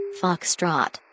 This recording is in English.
Foxtrot